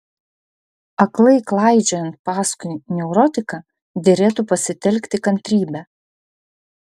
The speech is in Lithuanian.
aklai klaidžiojant paskui neurotiką derėtų pasitelkti kantrybę